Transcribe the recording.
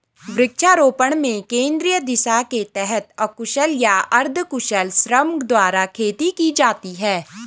वृक्षारोपण में केंद्रीय दिशा के तहत अकुशल या अर्धकुशल श्रम द्वारा खेती की जाती है